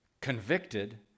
convicted